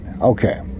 Okay